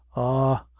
ah,